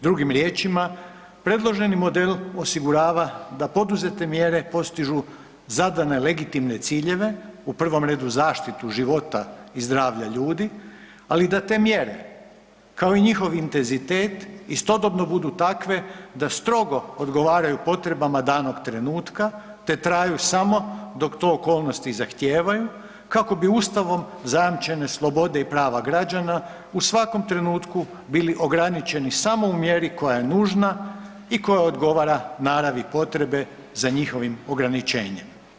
Drugim riječima predloženi model osigurava da poduzete mjere postižu zadane legitimne ciljeve, u prvom redu zaštitu života i zdravlja ljudi, ali da te mjere kao i njihov intenzitet istodobno budu takve da strogo odgovaraju potrebama danog trenutka te traju samo dok to okolnosti zahtijevaju kako bi Ustavom zajamčene slobode i prava građana u svakom trenutku bili ograničeni samo u mjeri koja je nužna i koja odgovara naravi potrebe za njihovim ograničenjem.